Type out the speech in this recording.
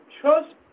trust